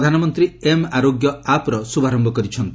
ପ୍ରଧାନମନ୍ତ୍ରୀ ଏମ୍ ଆରୋଗ୍ୟ ଆପ୍ର ଶୁଭାରମ୍ଭ କରିଛନ୍ତି